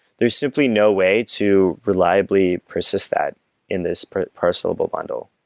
there's simply no way to reliably persist that in this parse level bundle.